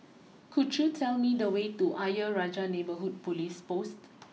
could you tell me the way to Ayer Rajah Neighbourhood police post